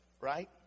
right